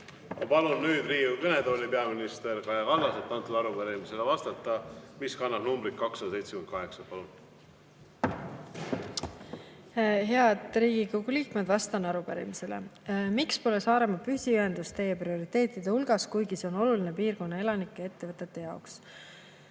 palun nüüd Riigikogu kõnetooli peaminister Kaja Kallase, et vastata arupärimisele, mis kannab numbrit 278. Palun! Head Riigikogu liikmed! Vastan arupärimisele."Miks pole Saaremaa püsiühendus teie prioriteetide hulgas, kuigi see on oluline piirkonna elanike ja ettevõtete jaoks?"